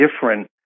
different